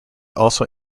also